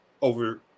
over